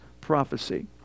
prophecy